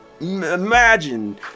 imagine